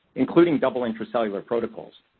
including double intracellular protocols,